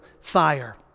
fire